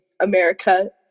America